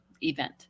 event